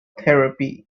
therapy